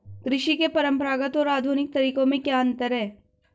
कृषि के परंपरागत और आधुनिक तरीकों में क्या अंतर है?